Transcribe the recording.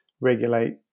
regulate